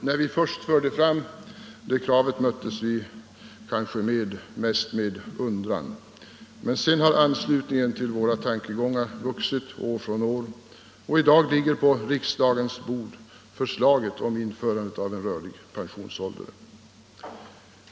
När vi först förde fram kravet möttes vi mest med undran. Sedan har anslutningen till våra tankegångar vuxit år från år. I dag ligger på riksdagens bord förslaget om införande av en rörlig pensionsålder.